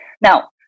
Now